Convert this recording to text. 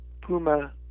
Puma